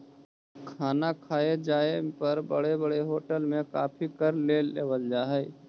खाना खाए जाए पर बड़े बड़े होटल में काफी कर ले लेवल जा हइ